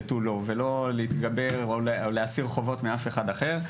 ותו לא; לא להסיר חובות מאף אחד אחר.